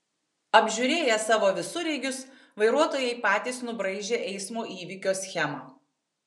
apžiūrėję savo visureigius vairuotojai patys nubraižė eismo įvykio schemą